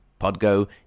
Podgo